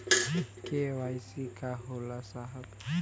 KYC का होला साहब?